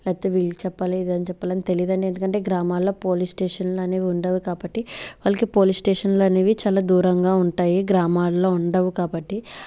లేకపోతే వీళ్ళకి చెప్పాలి ఇదని చెప్పాలని తెలిదండి ఎందుకంటే గ్రామాల్లో పోలీస్ స్టేషన్లనేవి ఉండవు కాబట్టి వాళ్ళకి పోలీస్ స్టేషన్లనేవి చాలా దూరంగా ఉంటాయి గ్రామాల్లో ఉండవు కాబట్టి